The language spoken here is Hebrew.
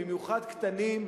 במיוחד קטנים,